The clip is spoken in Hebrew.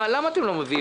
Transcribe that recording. מה אתם לא מביאים את זה?